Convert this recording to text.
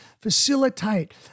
facilitate